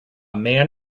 man